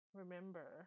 remember